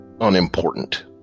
unimportant